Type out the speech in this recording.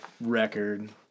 record